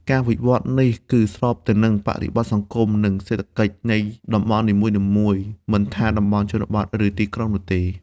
ការវិវត្តន៍នេះគឺស្របទៅនឹងបរិបទសង្គម និងសេដ្ឋកិច្ចនៃតំបន់នីមួយៗ មិនថាតំបន់ជនបទ ឬទីក្រុងនោះទេ។